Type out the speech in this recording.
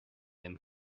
them